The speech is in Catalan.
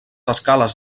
escales